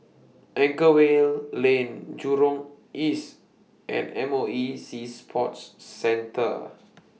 Anchorvale Lane Jurong East and M O E Sea Sports Centre